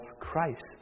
Christ